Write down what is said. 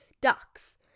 ducks